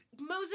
Moses